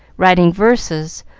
writing verses,